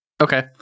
Okay